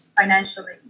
financially